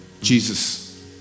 Jesus